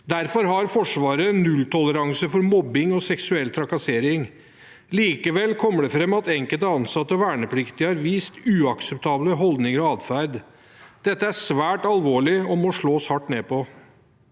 Derfor har Forsvaret nulltoleranse for mobbing og seksuell trakassering. Likevel kommer det fram at enkelte ansatte og vernepliktige har vist uakseptable holdninger og atferd. Dette er svært alvorlig og må slås hardt ned på.